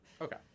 okay